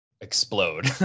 explode